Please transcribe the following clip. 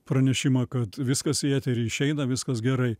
pranešimą kad viskas į eterį išeina viskas gerai